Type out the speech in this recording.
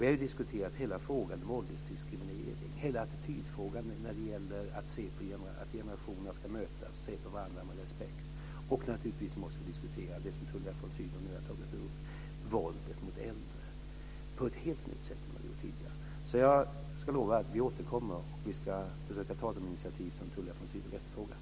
Vi har ju diskuterat hela frågan om åldersdiskriminering och hela attitydfrågan när det gäller att generationerna ska mötas och se på varandra med respekt. Och naturligtvis måste vi diskutera det som Tullia von Sydow nu har tagit upp - våldet mot äldre - på ett helt nytt sätt än vad vi har gjort tidigare. Jag lovar att vi ska återkomma och försöka ta de initiativ som Tullia von Sydow efterfrågar.